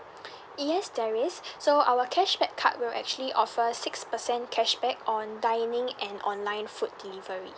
yes there is so our cashback card will actually offer six percent cashback on dining and online food delivery